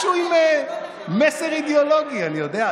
משהו עם מסר אידיאולוגי, אני יודע.